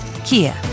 Kia